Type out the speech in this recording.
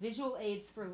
visual aids for